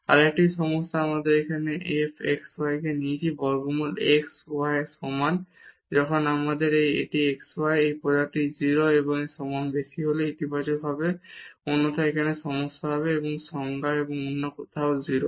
আরেকটি সমস্যা এখানে আমরা এই f xy কে নিয়েছি বর্গমূল x y এর সমান যখন আমাদের এই xy এই প্রোডাক্টটি 0 এর সমান বেশি হলে ইতিবাচক হবে অন্যথায় এখানে সমস্যা হবে এবং সংজ্ঞা এবং অন্য কোথাও 0